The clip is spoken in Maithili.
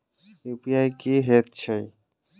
यु.पी.आई की हएत छई?